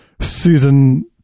susan